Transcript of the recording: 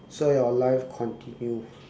so your life continue